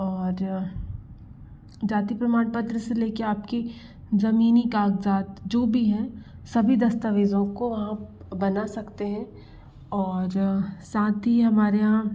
और जाति प्रमाण पत्र से लेकर आपकी जमीनी कागजात जो भी है सभी दस्तावेजों को आप बना सकते हैं और साथ ही हमारे यहाँ